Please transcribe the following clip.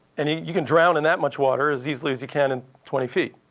and you you can drown in that much water as easily as you can in twenty feet.